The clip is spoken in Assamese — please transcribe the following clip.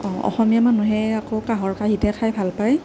অসমীয়া মানুহে আকৌ কাঁহৰ কাঁহীতহে খাই ভাল পায়